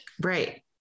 Right